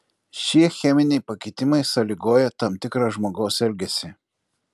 šie cheminiai pakitimai sąlygoja tam tikrą žmogaus elgesį